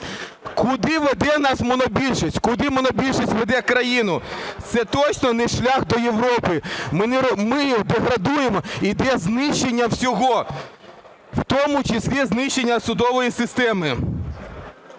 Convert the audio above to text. Куди веде нас монобільшість? Куди монобільшість веде країну? Це точно не шлях до Європи. Ми деградуємо, іде знищення всього, в тому числі знищення судової системи.